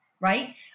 right